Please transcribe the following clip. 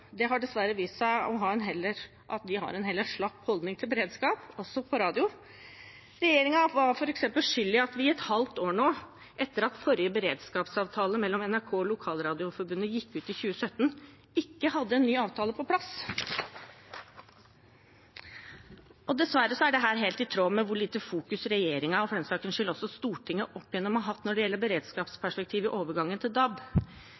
Det har dessverre vist seg at de har en heller slapp holdning til beredskap, også når det gjelder radio. Regjeringen var f.eks. skyld i at vi i et halvt år etter at den forrige beredskapsavtalen mellom NRK og Lokalradioforbundet gikk ut i 2017, ikke hadde en ny avtale på plass. Dessverre er dette helt i tråd med hvor lite regjeringen – for den saks skyld også Stortinget – opp igjennom tidene har fokusert på beredskapsperspektivet i overgangen til DAB.